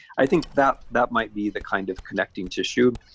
i think that that might be the kind of connecting tissue,